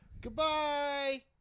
goodbye